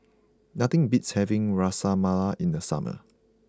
nothing beats having Ras Malai in the summer